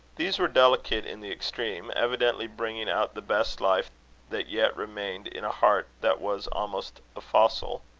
these were delicate in the extreme, evidently bringing out the best life that yet remained in a heart that was almost a fossil.